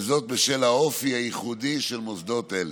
וזאת בשל האופי הייחודי של מוסדות אלה.